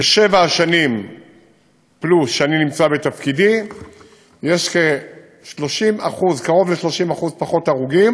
בשבע השנים פלוס שבהן אני נמצא בתפקידי יש קרוב ל-30% פחות הרוגים